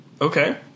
Okay